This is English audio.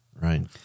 right